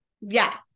Yes